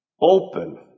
open